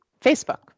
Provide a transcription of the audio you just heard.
Facebook